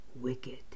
wicked